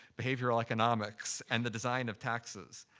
behavioral economics and the design of taxes.